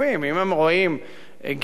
אם הם רואים גידול,